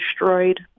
destroyed